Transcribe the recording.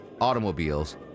automobiles